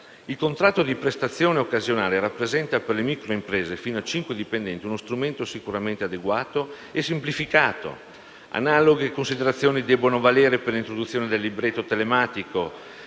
Il contratto di prestazione occasionale rappresenta per le microimprese, fino a cinque dipendenti, uno strumento sicuramente adeguato e semplificato. Analoghe considerazioni debbono valere per l'introduzione del libretto telematico